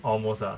almost ah